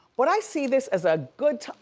but i see this as a good,